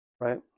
right